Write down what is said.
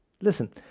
listen